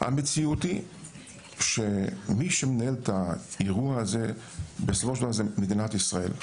המציאות היא שמי שמנהל את האירוע הזה בסופו של דבר זה מדינת ישראל,